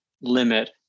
limit